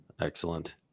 excellent